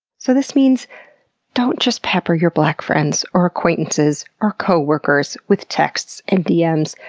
so this means don't just pepper your black friends, or acquaintances, or coworkers with texts and dms,